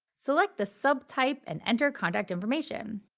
select the sub type and enter contact information.